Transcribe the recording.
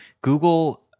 Google